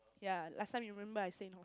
yeah last time your remember I stay in